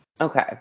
Okay